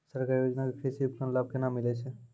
सरकारी योजना के कृषि उपकरण लाभ केना मिलै छै?